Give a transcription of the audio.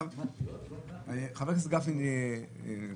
חבר הכנסת גפני נכנס,